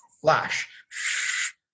flash